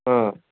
ହଁ